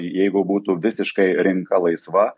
jeigu būtų visiškai rinka laisva